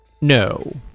no